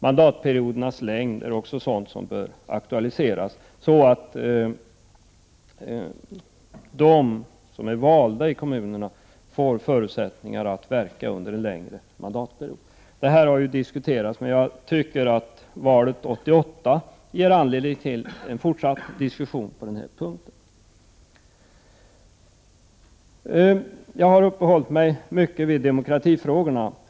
Mandatperiodernas längd är också något som bör aktualiseras, så att de som är valda i kommunerna får förutsättningar att verka under längre mandatperioder. Detta har diskuterats förut, men jag tycker att valet 1988 ger anledning till en fortsatt diskussion på dessa punkter. Jag har, herr talman, uppehållit mig mycket vid demokratifrågorna.